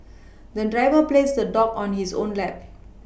the driver placed the dog on his own lap